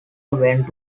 went